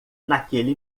naquele